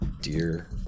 Dear